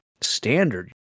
standard